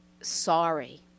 sorry